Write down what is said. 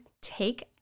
take